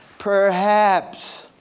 perhaps